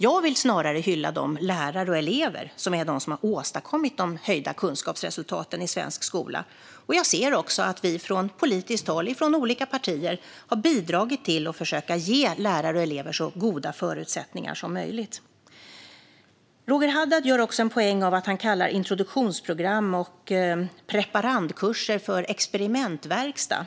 Jag vill snarare hylla de lärare och elever som är de som har åstadkommit de höjda kunskapsresultaten i svensk skola. Jag ser också att vi från politiskt håll från olika partier har bidragit till att försöka ge lärare och elever så goda förutsättningar som möjligt. Roger Haddad gör också en poäng av att kalla introduktionsprogram och preparandkurser för experimentverkstäder.